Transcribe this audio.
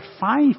five